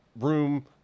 room